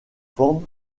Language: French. formes